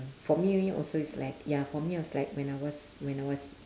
for me also is like ya for me was like when I was when I was